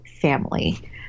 family